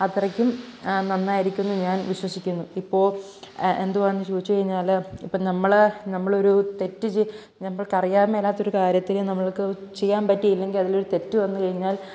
അത്രയ്ക്കും നന്നായിരിക്കുമെന്ന് ഞാൻ വിശ്വസിക്കുന്നു ഇപ്പോൾ എന്തുവാണെന്നു ചോദിച്ചു കഴിഞ്ഞാൽ ഇപ്പോൾ നമ്മൾ നമ്മൾ ഒരു തെറ്റു ചെയ്താൽ നമുക്ക് അറിയാൻ മേലാത്തൊരു കാര്യത്തിന് നമ്മൾക്ക് ചെയ്യാൻ പറ്റിയില്ലെങ്കിൽ അതിൽ ഒരു തെറ്റു വന്നു കഴിഞ്ഞാൽ